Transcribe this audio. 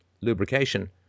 lubrication